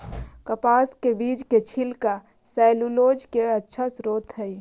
कपास के बीज के छिलका सैलूलोज के अच्छा स्रोत हइ